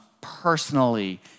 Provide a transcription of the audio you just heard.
personally